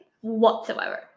whatsoever